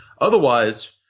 Otherwise